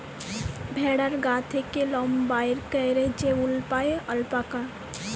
ভেড়ার গা থ্যাকে লম বাইর ক্যইরে যে উল পাই অল্পাকা